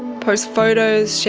post photos,